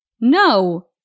No